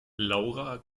laura